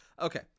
Okay